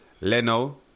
Leno